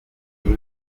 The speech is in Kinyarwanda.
ingo